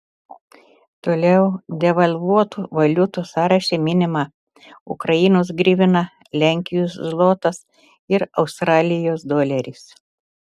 toliau devalvuotų valiutų sąraše minima ukrainos grivina lenkijos zlotas ir australijos doleris